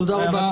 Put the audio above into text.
תודה רבה.